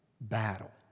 battle